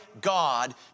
God